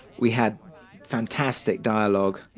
we had fantastic dialogue.